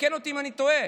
תקן אותי אם אני טועה.